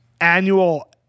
annual